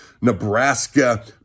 Nebraska